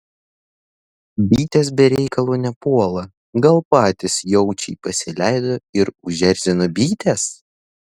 bitės be reikalo nepuola gal patys jaučiai pasileido ir užerzino bites